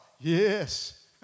Yes